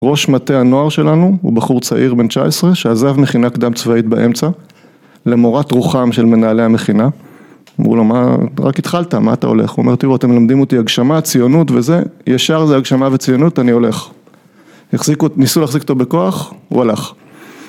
ראש מתי הנוער שלנו, הוא בחור צעיר בן 19, שעזב מכינה קדם צבאית באמצע, למורת רוחם של מנהלי המכינה, אמרו לו:" מה, רק התחלת, מה אתה הולך?" הוא אומר "תראו, אתם מלמדים אותי הגשמה, ציונות וזה.. ישר זה הגשמה וציונות..אני הולך." ניסו להחזיק אותו בכוח -הוא הלך.